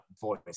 voice